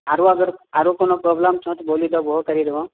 आओरो अगर आओरो कोनो प्रॉब्लम छह तऽ बोलि द ओहो करि देबह